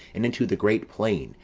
and into the great plain,